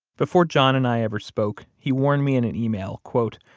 before john and i ever spoke, he warned me in an email, quote,